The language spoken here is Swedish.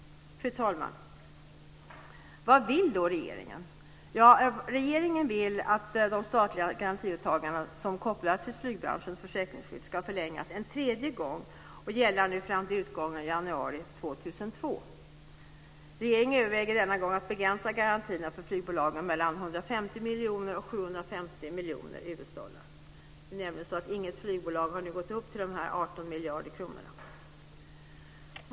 Fru talman! Vad vill då regeringen? Ja, regeringen vill att de statliga garantiåtaganden som är kopplade till flygbranschens försäkringsskydd ska förlängas en tredje gång och gälla fram till utgången av januari 2002. Regeringen överväger denna gång att begränsa garantierna för flygbolagen mellan 150 och 750 miljoner US-dollar. Inget flygbolag har nu gått upp till de 18 miljarder kronorna.